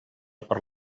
per